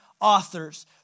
authors